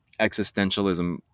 existentialism